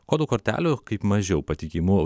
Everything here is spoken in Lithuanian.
kodų kortelių kaip mažiau patikimų